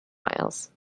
miles